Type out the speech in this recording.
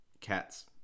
Cats